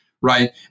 right